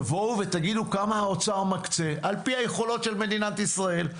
תבואו ותגידו כמה האוצר מקצה על פי היכולות של מדינת ישראל,